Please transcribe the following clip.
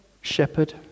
Shepherd